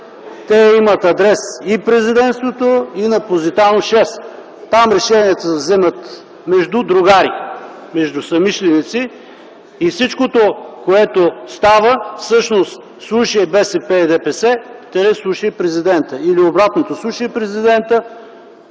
те имат адрес и на Президентството, и на „Позитано” № 6. Там решенията се вземат между другари, между съмишленици и всичкото, което става всъщност е: слушай БСП и ДПС – слушай президента Или обратното: слушай президента